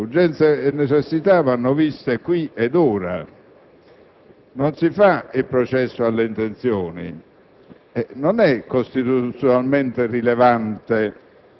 tutto va valutato al momento: urgenza e necessità vanno viste qui ed ora. Non si fa il processo alle intenzioni.